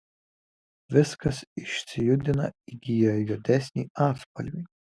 viskas išsijudina įgyja juodesnį atspalvį